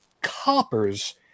coppers